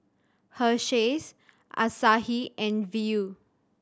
Hersheys Asahi and Viu